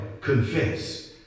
confess